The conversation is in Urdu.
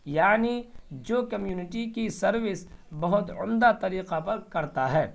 یعنی جو کمیونٹی کی سروس بہت عمدہ طریقہ پر کرتا ہے